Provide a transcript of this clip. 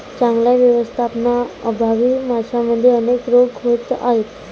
चांगल्या व्यवस्थापनाअभावी माशांमध्ये अनेक रोग होत आहेत